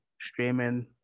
streaming